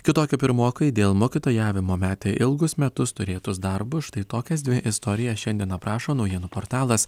kitokie pirmokai dėl mokytojavimo metė ilgus metus turėtus darbus štai tokias dvi istorijas šiandien aprašo naujienų portalas